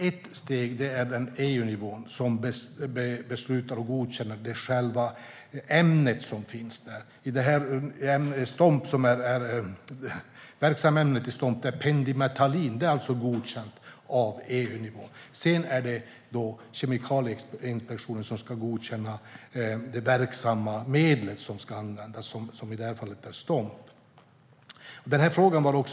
Ett steg är EU-nivån som beslutar om och godkänner själva ämnet. Det verksamma ämnet i Stomp är pendimetalin, och det är alltså godkänt av EU. Sedan är det Kemikalieinspektionen som ska godkänna det verksamma medlet som ska användas, i det här fallet Stomp.